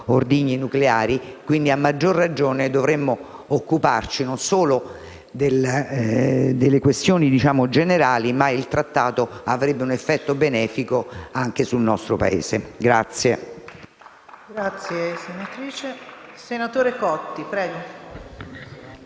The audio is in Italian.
e, a maggior ragione, dovremmo occuparci non solo di questioni generali, perché il Trattato avrebbe un effetto benefico anche sul nostro Paese.